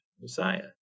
Messiah